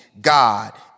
God